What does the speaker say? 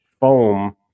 foam